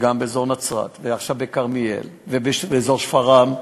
וגם באזור נצרת, ועכשיו בכרמיאל ובאזור שפרעם.